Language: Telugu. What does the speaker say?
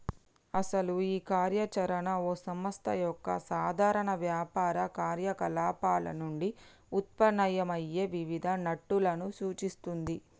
అసలు ఈ కార్య చరణ ఓ సంస్థ యొక్క సాధారణ వ్యాపార కార్యకలాపాలు నుండి ఉత్పన్నమయ్యే వివిధ నట్టులను సూచిస్తుంది